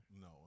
No